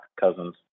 Cousins